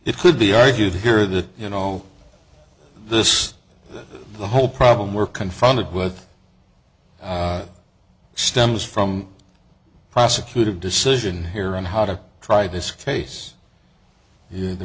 it could be argued here that you know this the whole problem we're confronted with stems from prosecutor decision here on how to try this case here the